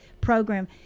program